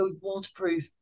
waterproof